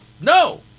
no